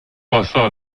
passa